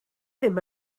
ddim